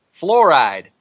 Fluoride